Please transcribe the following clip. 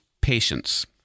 patience